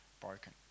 broken